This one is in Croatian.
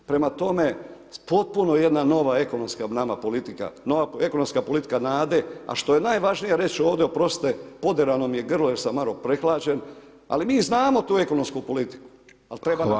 Prema tome, potpuno jedna nova ekonomska nama politika, nova ekonomska politika nade a što je najvažnije reć ovdje, oprostite poderano mi je grlo jer sam malo prehlađen, ali mi znamo tu ekonomsku politiku [[Upadica: Hvala.]] al treba nam pomoć.